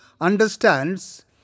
understands